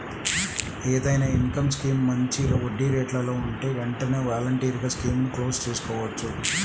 ఏదైనా income scheme మంచి వడ్డీరేట్లలో ఉంటే వెంటనే వాలంటరీగా స్కీముని క్లోజ్ చేసుకోవచ్చు